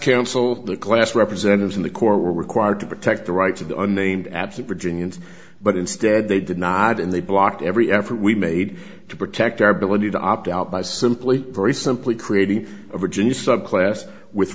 cancelled the class representatives in the court were required to protect the rights of the unnamed absent regions but instead they did not and they blocked every effort we made to protect our ability to opt out by simply very simply creating a virginia subclass with